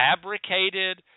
fabricated